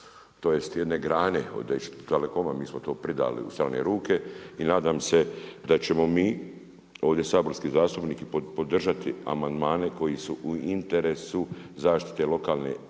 tj. jedne grane od Deutche Telecoma, mi smo to predali u ustavne ruke. I nadam se da ćemo mi ovdje saborski zastupnici podržati amandmane koji su u interesu zaštite lokalne